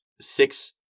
six